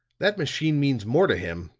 that machine means more to him,